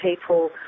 people